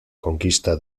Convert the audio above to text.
conquista